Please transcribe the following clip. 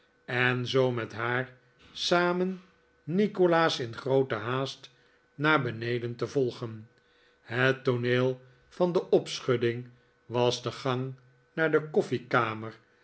en zoo met haar samen nikolaas in groote haast naar beneden te volgen het tooneel van de opschudding was de gang naar de